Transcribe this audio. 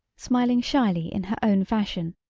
smiling shyly in her own fashion.